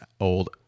old